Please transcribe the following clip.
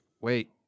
Wait